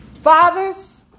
Fathers